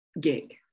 gig